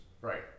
Right